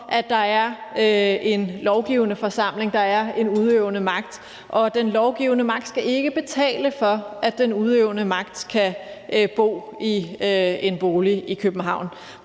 at der er en lovgivende forsamling, at der er en udøvende magt, og at den lovgivende magt ikke skal betale for, at den udøvende magt kan bo i en bolig i København.